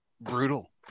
Brutal